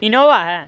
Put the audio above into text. Innova ہے